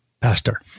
Pastor